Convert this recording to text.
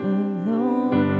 alone